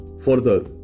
further